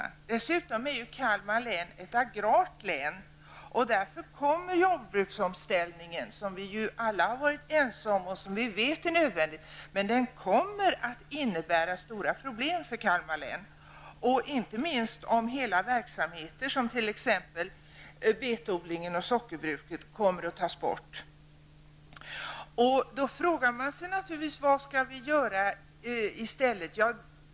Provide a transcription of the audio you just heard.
Kalmar län är ju dessutom ett agrart län, och därför kommer jordbruksomställningen, som vi ju alla har varit ense om och som vi vet är nödvändig, att innebära stora problem för Kalmar län inte minst om hela verksamheter som t.ex. betodlingen och sockerbruket kommer att tas bort. Då frågar man sig naturligtvis vad vi skall göra i stället.